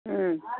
ಹ್ಞೂ